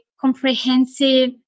comprehensive